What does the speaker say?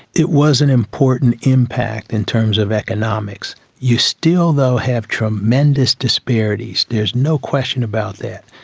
it was an important impact in terms of economics. you still though have tremendous disparities, there's no question about that.